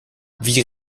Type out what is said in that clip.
wie